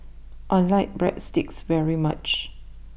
I like Breadsticks very much